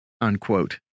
unquote